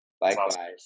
likewise